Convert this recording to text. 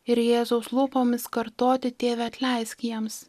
ir jėzaus lūpomis kartoti tėve atleisk jiems